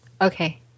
Okay